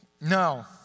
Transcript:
No